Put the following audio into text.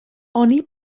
oni